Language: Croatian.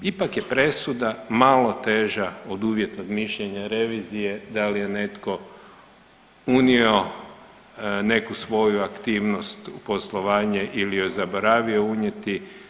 Ipak je presuda malo teža od uvjetnog mišljenja revizije da li je netko unio neku svoju aktivnost u poslovanje ili ju je zaboravio unijeti.